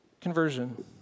conversion